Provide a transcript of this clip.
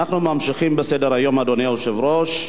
אנחנו ממשיכים בסדר-היום, אדוני היושב-ראש.